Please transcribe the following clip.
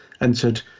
entered